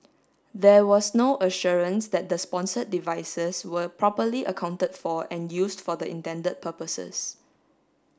there was no assurance that the sponsored devices were properly accounted for and used for the intended purposes